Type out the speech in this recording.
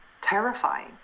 terrifying